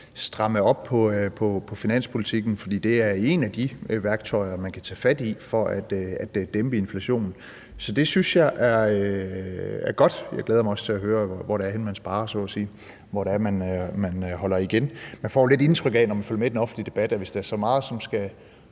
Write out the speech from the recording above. stramme op på finanspolitikken. For det er et af de værktøjer, man kan tage fat i for at dæmpe inflationen, så det synes jeg er godt. Jeg glæder mig også til at høre, hvor det er henne, man sparer så at sige; hvor det er, man holder igen. Man får jo lidt indtryk af, når man følger med i den offentlige debat, at hvis der skal spares så meget som en